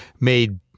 made